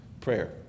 prayer